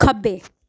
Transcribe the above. खब्बै